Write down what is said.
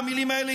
במילים האלה,